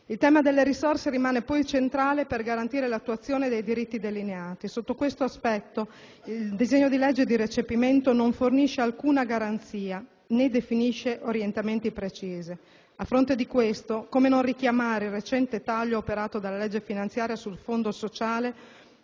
Il tema delle risorse rimane poi centrale per garantire l'attuazione dei diritti delineati: sotto questo aspetto il disegno di legge di recepimento non fornisce alcuna garanzia, né definisce orientamenti precisi. A fronte di ciò come non richiamare il recente taglio operato dalla legge finanziaria sul Fondo sociale,